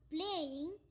Playing